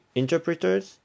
interpreters